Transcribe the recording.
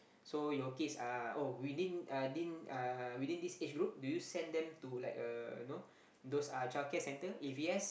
so your kids are oh within uh this uh within this age group do you send them to like a you know those uh childcare center if yes